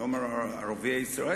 אני לא אומר ערביי ישראל,